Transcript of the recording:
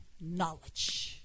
knowledge